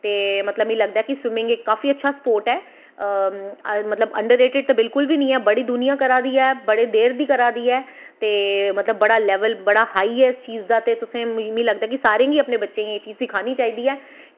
ते मिगी लगदा की स्विमिंग इक्क ऐसा स्पोर्ट ऐ मतलब की अंडररेटेड ते बिल्कुल बी निं ऐ बड़ी दुनिया करा दी ऐ बड़ी देर दी करा दी ऐ ते मतलब बड़ा लसेवल बड़ा हाई ऐ इस चीज़ च ते मेरा ऐ की तुसें सारें गी अपने बच्चें गी एह् चीज़ सखानी चाहिदी ऐ